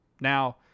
Now